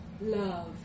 love